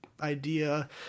idea